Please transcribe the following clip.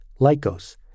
Lycos